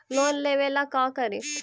Loan लेबे ला का करि?